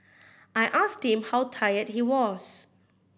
I asked him how tired he was